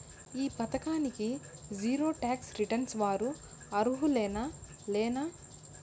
ఈ పథకానికి zero tax returns వారు అర్హులేనా లేనా?